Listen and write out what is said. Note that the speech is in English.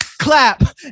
Clap